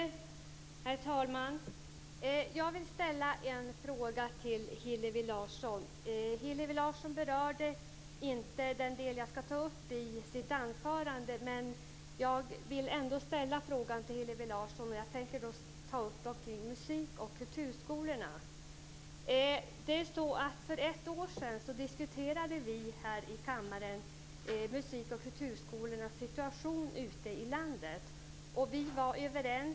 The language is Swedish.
Herr talman! Jag vill ställa en fråga till Hillevi Larsson. Hon berörde inte den del jag ska ta upp i sitt anförande, men jag vill ändå ställa frågan till Hillevi Larsson. Jag tänker ta upp musik och kulturskolorna. För ett år sedan diskuterade vi här i kammaren musik och kulturskolornas situation ute i landet.